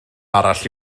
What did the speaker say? arall